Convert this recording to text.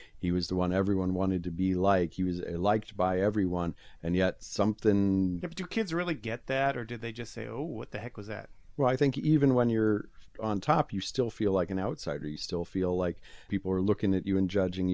he was the one everyone wanted to be like he was a liked by everyone and yet something and do kids really get that or did they just say oh what the heck was that well i think even when you're on top you still feel like an outsider you still feel like people are looking at you and judging